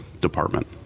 department